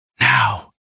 Now